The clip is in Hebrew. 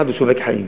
אחד הוא שובק חיים.